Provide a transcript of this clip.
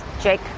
Jake